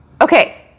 Okay